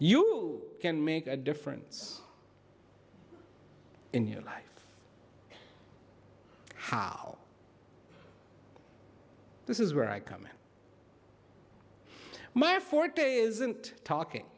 you can make a difference in your life how this is where i come in my forte isn't talking